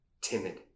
timid